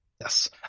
yes